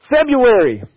February